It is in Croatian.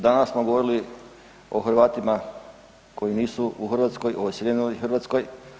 Danas smo govorili o Hrvatima koji nisu u Hrvatskoj, ovoj iseljenoj Hrvatskoj.